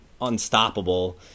unstoppable